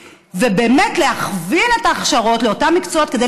ובאמת להכווין את ההכשרות לאותם מקצועות כדי